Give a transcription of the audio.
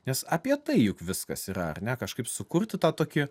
nes apie tai juk viskas yra ar ne kažkaip sukurti tą tokį